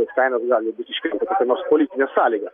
tas kainas gali būt iškelta kokia nors politinė sąlyga